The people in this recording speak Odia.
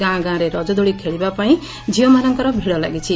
ଗାଁ ଗାଁରେ ରଜଦୋଳି ଖେଳିବା ପାଇଁ ଝିଅମାନଙ୍କର ଭିଡ଼ ଲାଗିଛି